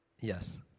Yes